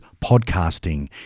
podcasting